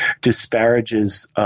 disparages –